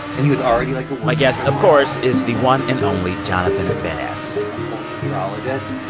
and he was already like. my guest, of course, is the one and only jonathan van ness. like a full meteorologist,